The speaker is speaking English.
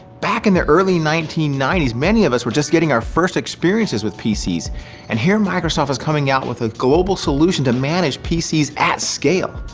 back in the early nineteen ninety s, many of us were just getting our first experiences with pcs and here, microsoft is coming out with a global solution to manage pcs at scale.